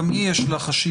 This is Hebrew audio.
גם לה יש חשיבות.